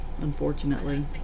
unfortunately